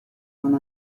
non